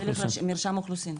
דרך מרשם האוכלוסין.